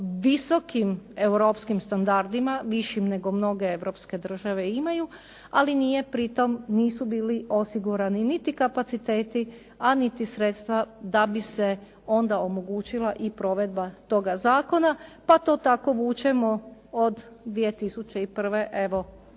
visokim europskim standardima, višim nego mnoge europske države imaju ali pritom nisu bili osigurani niti kapaciteti, a niti sredstva da bi se onda omogućila i provedba toga zakona pa to tako vučemo od 2001., evo